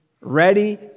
ready